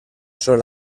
son